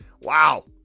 Wow